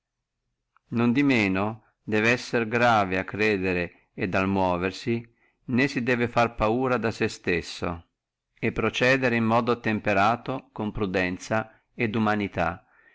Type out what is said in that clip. non di manco debbe essere grave al credere et al muoversi né si fare paura da sé stesso e procedere in modo temperato con prudenza et umanità